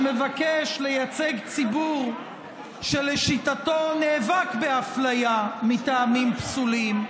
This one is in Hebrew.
שמבקש לייצג ציבור שלשיטתו נאבק באפליה מטעמים פסולים,